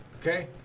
okay